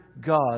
God